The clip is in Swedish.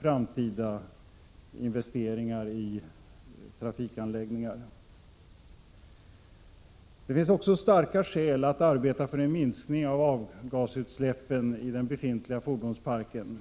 fråga om investeringar i trafikanläggningar. Det finns också starka skäl att arbeta för en minskning av avgasutsläppen i den befintliga fordonsparken.